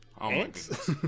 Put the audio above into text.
Ants